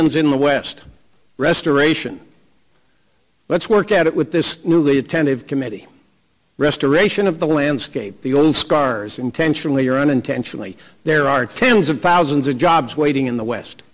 comes in the west restoration let's work at it with this newly attentive committee restoration of the landscape the own scars intentionally or unintentionally there are tens of thousands of jobs waiting in the west